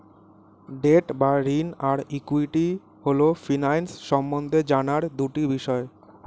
date বা ঋণ আর ইক্যুইটি হল ফিন্যান্স সম্বন্ধে জানার দুটি বিষয়